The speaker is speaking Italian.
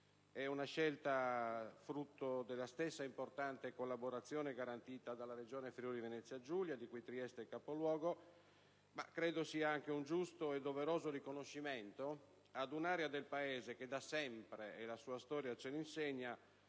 È una scelta frutto della stessa importante collaborazione garantita dalla regione Friuli-Venezia Giulia, di cui Trieste è capoluogo, ma ritengo sia anche un giusto e doveroso riconoscimento ad un'area del Paese che da sempre, e la sua storia lo insegna,